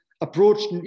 Approached